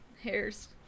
hairs